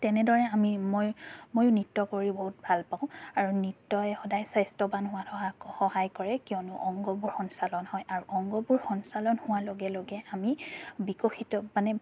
তেনেদৰে আমি মই ময়ো নৃত্য কৰি বহুত ভাল পাওঁ আৰু নৃত্যই সদায় স্বাস্থ্যৱান হোৱাত সহায় সহায় কৰে কিয়নো অংগবোৰ সঞ্চালন হয় আৰু অংগবোৰ সঞ্চালন হোৱাৰ লগে লগে আমি বিকশিত মানে